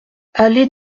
allée